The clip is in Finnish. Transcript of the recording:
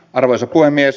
arvoisa puhemies